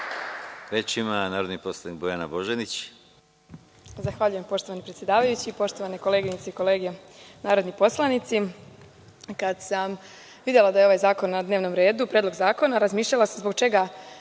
Reč ima narodni poslanik Bojana Božanić.